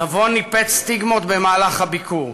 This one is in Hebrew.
נבון ניפץ סטיגמות במהלך הביקור,